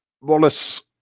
Wallace